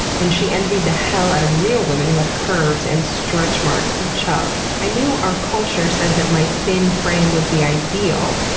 and she envied the hell out of real women who had curves and stretchmarks and chub. i knew our culture said that my thin frame was the ideal,